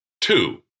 Two